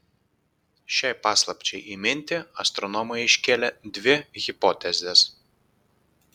šiai paslapčiai įminti astronomai iškėlė dvi hipotezes